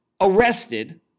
arrested